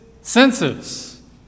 senses